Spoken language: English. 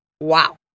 Wow